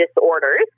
disorders